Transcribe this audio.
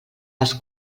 als